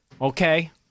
Okay